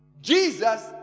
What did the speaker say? Jesus